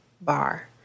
bar